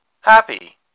Happy